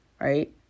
right